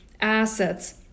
assets